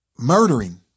Murdering